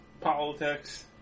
politics